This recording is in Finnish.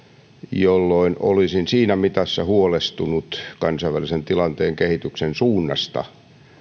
jolloin olisin siinä mitassa ollut huolestunut kansainvälisen tilanteen kehityksen suunnasta